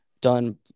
done